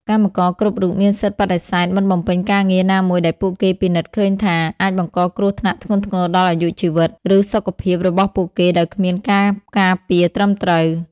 កម្មករគ្រប់រូបមានសិទ្ធិបដិសេធមិនបំពេញការងារណាមួយដែលពួកគេពិនិត្យឃើញថាអាចបង្កគ្រោះថ្នាក់ធ្ងន់ធ្ងរដល់អាយុជីវិត ឬសុខភាពរបស់ពួកគេដោយគ្មានការការពារត្រឹមត្រូវ។